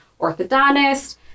orthodontist